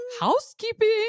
Housekeeping